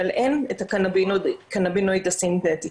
אבל אין את הקנבינואיד הסינתטי.